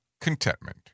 contentment